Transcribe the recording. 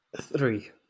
Three